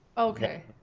Okay